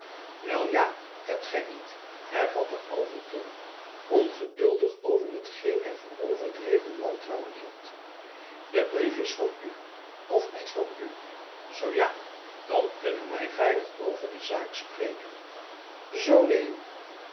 wel ja hebt gij niet hervatte overton ongeduldig over hetgeen hij voor overdreven wantrouwen hield de brief is van u of niet van u zoo ja dan kunnen wij veilig over de zaak spreken zoo neen